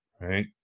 right